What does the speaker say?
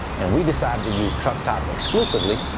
and we decided to use truckstop exclusively,